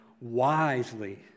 wisely